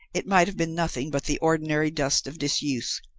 it might have been nothing but the ordinary dust of disuse,